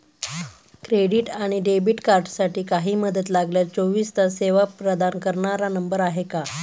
Credit आणि debit कार्डसाठी काही मदत लागल्यास चोवीस तास सेवा प्रदान करणारा नंबर आहे का?